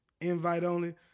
Invite-only